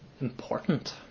important